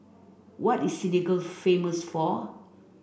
what is Senegal famous for